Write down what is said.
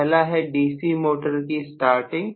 पहला है DC motor की स्टार्टिंग